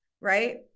right